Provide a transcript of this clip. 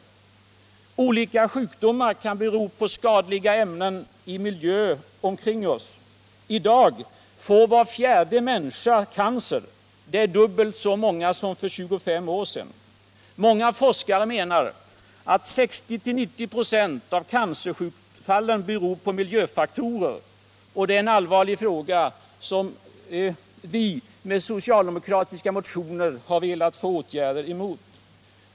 Olika sjukdomar kan bero på att skadliga ämnen i miljön omkring oss ökar. I dag får var fjärde människa cancer. Det är dubbelt så många som för 25 år sedan. Många forskare menar att 60-90 96 av cancersjukdomsfallen beror på miljöfaktorer. Det är en allvarlig fråga, som vi i socialdemokratiska motioner velat få till stånd åtgärder emot.